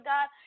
God